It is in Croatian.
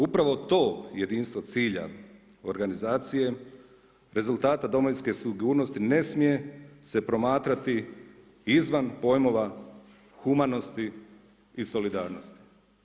Upravo to jedinstvo cilja organizacije, rezultata domovinske sigurnosti ne smije se promatrati izvan pojmova humanosti i solidarnosti.